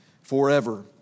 forever